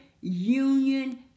union